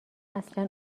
اصلا